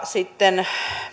sitten